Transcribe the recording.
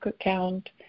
account